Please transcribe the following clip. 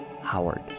Howard